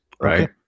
right